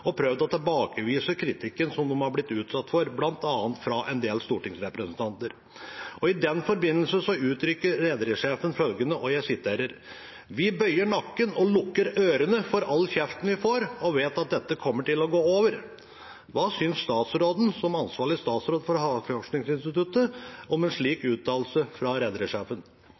og prøvd å tilbakevise kritikken som de har blitt usatt for, bl.a. fra en del stortingsrepresentanter. I den forbindelse uttrykker rederisjefen følgende: «Vi bøyer nakken og lukker ørene for all kjeften vi får, og vet at det kommer til å gå over.» Hva synes statsråden som ansvarlig statsråd for Havforskningsinstituttet om en slik uttalelse fra